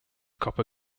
copper